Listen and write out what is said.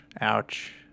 ouch